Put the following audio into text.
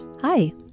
Hi